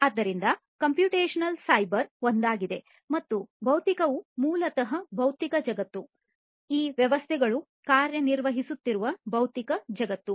ಆದ್ದರಿಂದ computational cyber ಒಂದಾಗಿದೆ ಮತ್ತು ಭೌತಿಕವು ಮೂಲತಃ ಭೌತಿಕ ಜಗತ್ತು ಈ ವ್ಯವಸ್ಥೆಗಳು ಕಾರ್ಯನಿರ್ವಹಿಸುತ್ತಿರುವ ಭೌತಿಕ ಜಗತ್ತು ಆಗಿದೆ